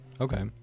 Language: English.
okay